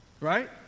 Right